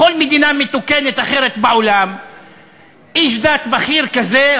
בכל מדינה מתוקנת אחרת בעולם איש דת בכיר כזה,